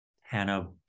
Hannah